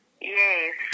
Yes